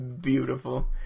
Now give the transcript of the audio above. Beautiful